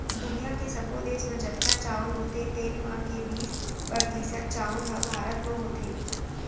दुनियॉ के सब्बो देस म जतका चाँउर होथे तेन म के बीस परतिसत चाउर ह भारत म होथे